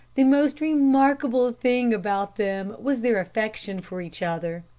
the most remarkable thing about them was their affection for each other.